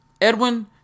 Edwin